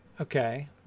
Okay